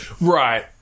Right